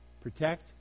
protect